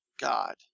god